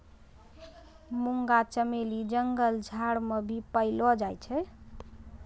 मुंगा चमेली जंगल झाड़ मे भी पैलो जाय छै